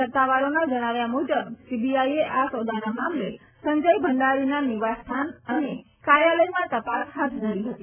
સત્તાવારોના જણાવ્યા મુજબ સીબીઆઈ એ આ સોદાના મામલે સંજય ભંડારીના નિવાર સ્થાને અને કાર્યાલયમાં તપાસ હાથ ધરી હતી